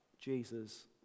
Jesus